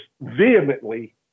vehemently